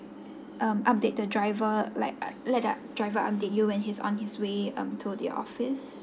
um update the driver like let the driver update you when he's on his way um to the office